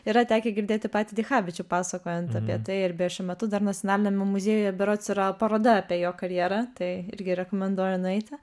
yra tekę girdėti patį dichavičių pasakojant apie tai ir beje šiuo metu dar nacionaliniame muziejuje berods yra paroda apie jo karjerą tai irgi rekomenduoju nueiti